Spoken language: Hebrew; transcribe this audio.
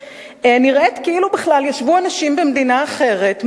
נראית כאילו בכלל ישבו אנשים במדינה אחרת,